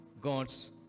God's